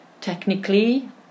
technically